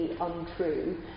untrue